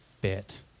bit